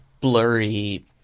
blurry